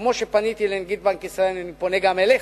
שכמו שפניתי לנגיד בנק ישראל אני פונה גם אליך: